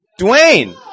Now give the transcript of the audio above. Dwayne